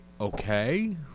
okay